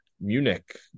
Munich